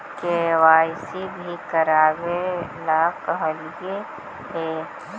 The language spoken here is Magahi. के.वाई.सी भी करवावेला कहलिये हे?